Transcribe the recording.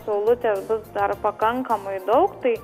saulutės bus dar pakankamai daug tai